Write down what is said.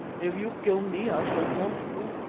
if you kill me i shall haunt you.